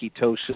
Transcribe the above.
ketosis